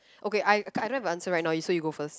okay I I don't have a answer right now so you go first